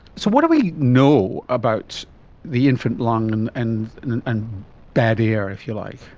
so, what do we know about the infant lung and and and and bad air, if you like?